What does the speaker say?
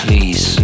Please